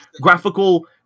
graphical